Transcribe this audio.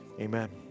Amen